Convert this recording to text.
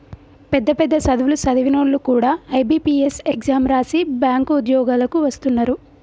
పెద్ద పెద్ద సదువులు సదివినోల్లు కూడా ఐ.బి.పీ.ఎస్ ఎగ్జాం రాసి బ్యేంకు ఉద్యోగాలకు వస్తున్నరు